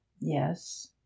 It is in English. yes